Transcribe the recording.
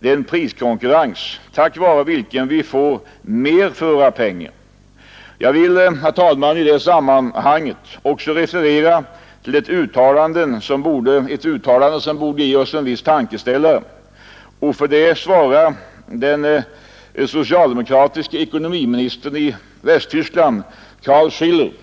den priskonkurrens tack vare vilken vi får mer för våra pengar. Jag vill i detta sammanhang också referera till ett uttalande som borde ge oss en tankeställare. För detta svarar den socialdemokratiske ekonomiministern i Västtyskland Karl Schiller.